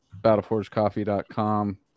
Battleforgecoffee.com